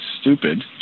stupid